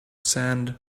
sand